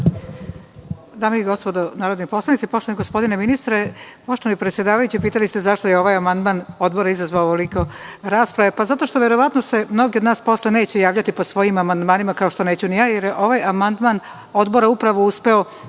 Dame i gospodo narodni poslanici, poštovani gospodine ministre, poštovani predsedavajući, pitali ste - zašto je ovaj amandman Odbora izazvao ovoliko rasprave? Zato što se verovatno mnogi od nas posle neće javljati po svojim amandmanima, kao što neću ni ja, jer je ovaj amandman Odbora upravo uspeo